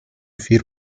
vier